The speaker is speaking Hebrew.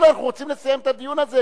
אל תפנה אליהם כדי שלא יענו לך.